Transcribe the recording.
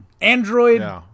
android